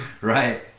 Right